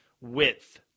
width